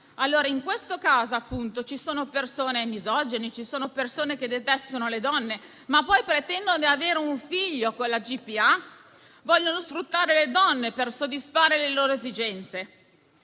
la maternità». Ci sono persone misogine, ci sono persone che detestano le donne, ma poi pretendono di avere un figlio con la GPA? Vogliono sfruttare le donne per soddisfare le loro esigenze?